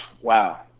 Wow